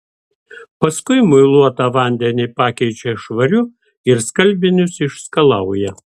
paskui muiluotą vandenį pakeičia švariu ir skalbinius išskalauja